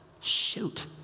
Shoot